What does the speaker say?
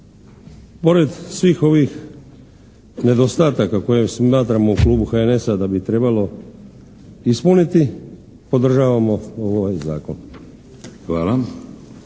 Pored svih ovih nedostataka koje smatramo u Klubu HNS-a da bi trebalo ispuniti podržavamo ovaj zakon.